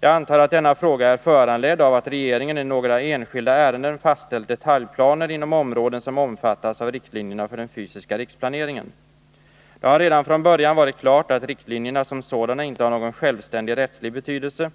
Jag antar att denna fråga är föranledd av att regeringen i några enskilda ärenden fastställt detaljplaner inom områden som omfattas av riktlinjerna för den fysiska riksplaneringen. Det har redan från början varit klart att riktlinjerna som sådana inte har någon självständig rättslig betydelse.